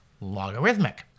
logarithmic